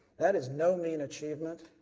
that is no mean achievement.